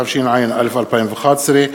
התשע"א 2011,